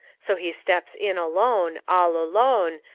so he steps in alone, all alone,